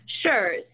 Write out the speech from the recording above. Sure